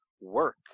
work